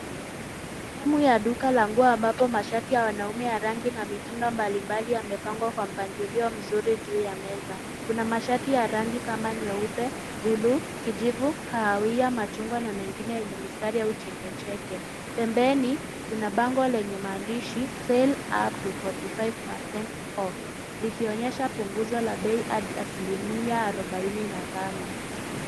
Sehemu ya duka la nguo ambapo mashati ya wanaume ya rangi na mitindo mbalimbali yamepangwa kwa mpangilio mzuri juu ya meza. Kuna mashati ya rangi kama nyeupe, buluu kijivu kahawia machungwa na mengine yenye mistari au chekecheke. Pembeni kuna bango lenye maandishi sale upto 45% off likionyesha punguzo la bei hadi asilimia arubaini na tano.